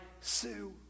Sue